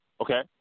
Okay